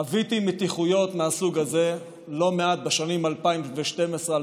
חוויתי מתיחויות מהסוג הזה לא מעט בשנים 2012 2014,